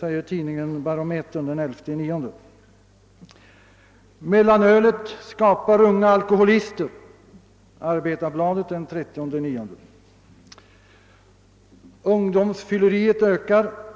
säger tidningen Barometern den 11 november. »Mellanölet skapar unga alkoholister», skriver Arbetarbladet den 30 september. Ungdomsfylleriet ökar.